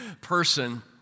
person